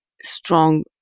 strong